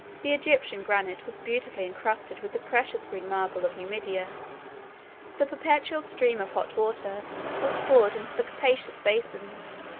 the egyptian granite was beautifully encrusted with the precious green marble of numidia the perpetual stream of hot water was poured into the capacious basins,